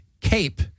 cape